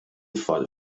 tfal